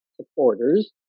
supporters